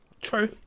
True